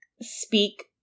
speak